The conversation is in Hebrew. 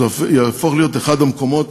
זה יהפוך להיות אחד המקומות,